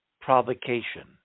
provocation